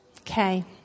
Okay